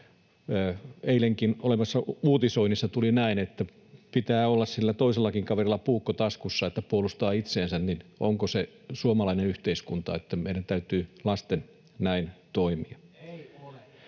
Eilenkin olleessa uutisoinnissa tuli näin, että pitää olla sillä toisellakin kaverilla puukko taskussa, että puolustaa itseänsä. Onko se suomalainen yhteiskunta, että meillä täytyy lasten näin toimia? [Tuomas